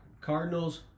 Cardinals